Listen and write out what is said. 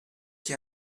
qui